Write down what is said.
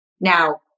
Now